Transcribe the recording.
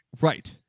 Right